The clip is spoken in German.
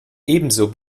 ebenso